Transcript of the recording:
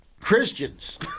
Christians